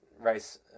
race